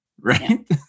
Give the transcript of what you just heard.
right